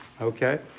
Okay